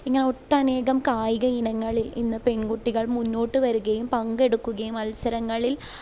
ഇങ്ങനെ ഒട്ടനേകം കായിക ഇനങ്ങളിൽ ഇന്ന് പെൺകുട്ടികൾ മുന്നോട്ട് വരികയും പങ്കെടുക്കുകയും മത്സരങ്ങളിൽ